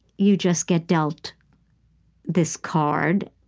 you just get dealt this card,